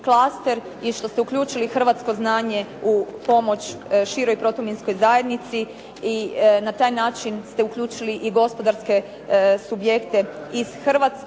i što ste uključili hrvatsko znanje u pomoć široj protuminskoj zajednici i na taj način ste uključili i gospodarske subjekte iz Hrvatske,